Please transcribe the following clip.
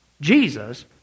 Jesus